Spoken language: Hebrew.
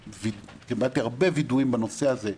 שמעתי הרבה וידויים בנושא הזה.